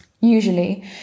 Usually